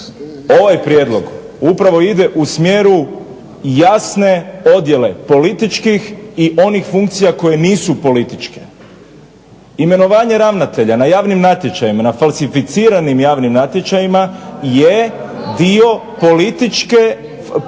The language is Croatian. Ovaj prijedlog upravo ide u smjeru jasne podjele političkih i onih funkcija koje nisu političke. Imenovanje ravnatelja na javnim natječajima, na falsificiranim javnim natječajima je dio političkog